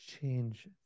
change